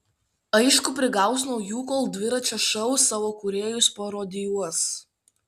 aišku priaugs naujų kol dviračio šou savo kūrėjus parodijuos